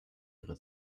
ihre